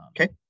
Okay